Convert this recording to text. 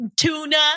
tuna